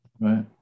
Right